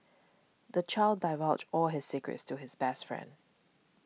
the child divulged all his secrets to his best friend